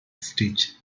stitch